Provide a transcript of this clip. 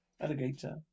alligator